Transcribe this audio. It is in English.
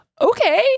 okay